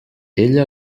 ella